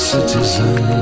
Citizen